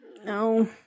No